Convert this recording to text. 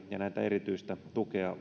ja erityistä tukea